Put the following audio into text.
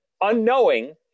unknowing